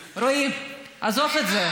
רועי, עזוב את זה.